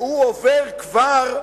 והוא כבר עובר,